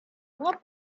what